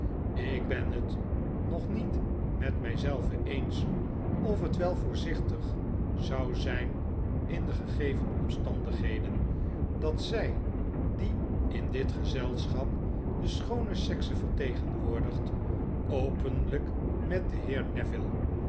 ik ben het nog niet met my zelven eens of het wel voorzichtig zou zyn in de gegeven omstandigheden dat zij die in dit gezelschap de schoone sekse vertegenwoordigt openlyk met den